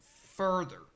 further